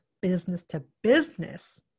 business-to-business